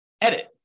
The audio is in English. edit